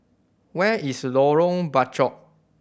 where is Lorong Bachok